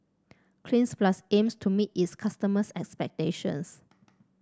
Cleanz Plus aims to meet its customers' expectations